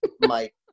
Mike